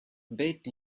bit